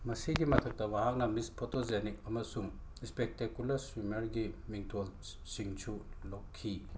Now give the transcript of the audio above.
ꯃꯁꯤꯒꯤ ꯃꯊꯛꯇ ꯋꯥꯍꯪꯅ ꯃꯤꯁ ꯐꯣꯇꯣꯖꯦꯅꯤꯛ ꯑꯃꯁꯨꯡ ꯏꯁꯄꯦꯛꯇꯦꯀ꯭ꯌꯨꯂꯔ ꯁ꯭ꯋꯤꯝꯃꯔꯒꯤ ꯃꯤꯡꯊꯣꯜꯁꯤꯡꯁꯨ ꯂꯧꯈꯤ